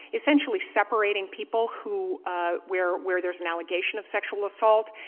essentially separating people who ah where where there's an allegation of sexual assault,